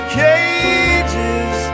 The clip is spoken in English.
cages